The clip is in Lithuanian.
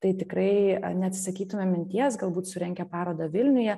tai tikrai neatsisakytumėm minties galbūt surengę parodą vilniuje